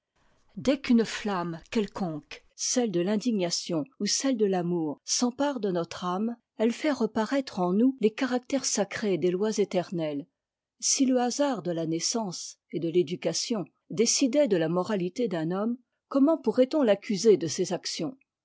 dès qu'une flamme quelconque celle de l'indignation ou celle de l'amour s'empare de notre âme elle fait reparaître en nous les caractères sacrés des oiséterne es si le hasard de la naissance et de f éducation décidait de la moralité d'un homme comment pourrait-on t'accuser de ses actions